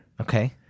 Okay